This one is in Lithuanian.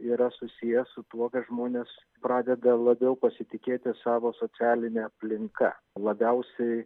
yra susiję su tuo kad žmonės pradeda labiau pasitikėti savo socialine aplinka labiausiai